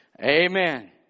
Amen